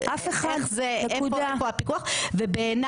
לובסטר נחשב מתנה?